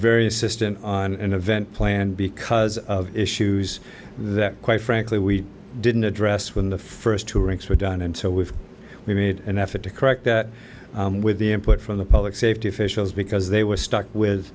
very assistant on an event planned because of issues that quite frankly we didn't address when the first two rinks were done and so we've made an effort to correct that with the input from the public safety officials because they were stuck with